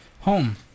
Home